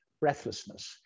breathlessness